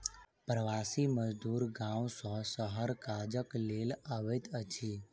प्रवासी मजदूर गाम सॅ शहर काजक लेल अबैत अछि